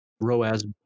ROAS